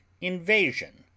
invasion